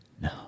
no